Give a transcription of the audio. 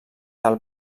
del